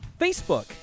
Facebook